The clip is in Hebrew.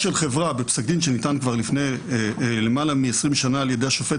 בפסק דין שניתן כבר לפני למעלה מ-20 שנה על ידי השופט